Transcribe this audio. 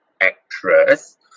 actress